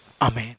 Amen